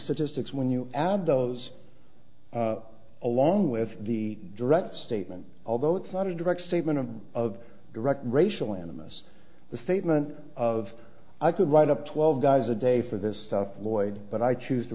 statistics when you add those along with the direct statement although it's not a direct statement of of direct racial animus the statement of i could write up twelve guys a day for this stuff lloyd but i choose t